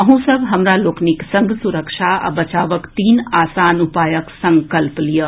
अहूँ सभ हमरा लोकनि संग सुरक्षा आ बचावक तीन आसान उपायक संकल्प लियऽ